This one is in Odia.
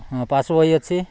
ହଁ ପାସ୍ ବହି ଅଛି